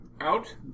Out